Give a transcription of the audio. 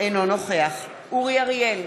אינו נוכח אורי אריאל,